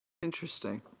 Interesting